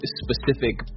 specific